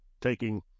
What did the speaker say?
taking